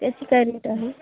त्याची काय रेट आहे